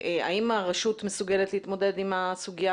האם הרשות מסוגלת להתמודד עם הסוגיה,